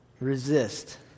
resist